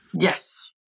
Yes